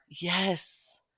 yes